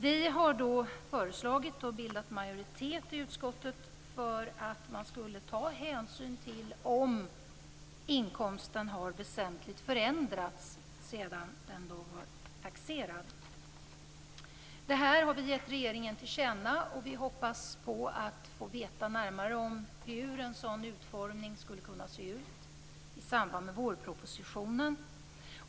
Vi har föreslagit, och bildat majoritet i utskottet för, att man skulle ta hänsyn till om inkomsten har väsentligt förändrats sedan den blev taxerad. Detta har vi givit regeringen till känna. Vi hoppas att vi får veta närmare hur en sådan utformning skulle kunna se ut i samband med vårpropositionen.